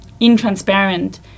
intransparent